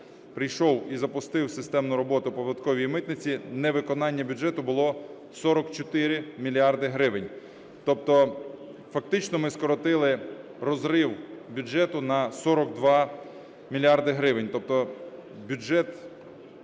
прийшов і запустив системну роботу податкової і митниці, невиконання бюджету було 44 мільярди гривень. Тобто фактично ми скоротили розрив бюджету на 42 мільярди гривень.